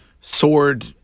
sword